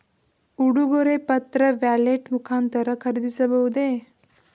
ಉಡುಗೊರೆ ಪತ್ರ ವ್ಯಾಲೆಟ್ ಮುಖಾಂತರ ಖರೀದಿಸಬಹುದೇ?